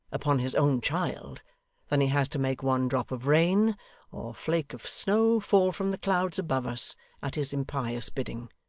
upon his own child than he has to make one drop of rain or flake of snow fall from the clouds above us at his impious bidding.